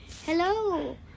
hello